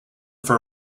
for